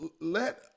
let